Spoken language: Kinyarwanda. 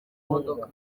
imodoka